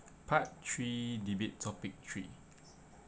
part three debate topic three